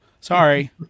Sorry